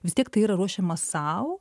vis tiek tai yra ruošima sau